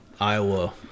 iowa